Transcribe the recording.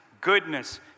goodness